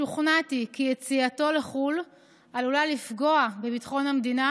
שוכנעתי כי יציאתו לחו"ל עלולה לפגוע בביטחון המדינה,